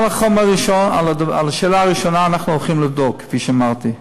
את השאלה הראשונה אנחנו הולכים לבדוק, כפי שאמרתי,